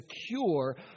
secure